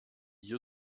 hier